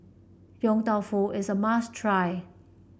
Yong Tau Foo is a must try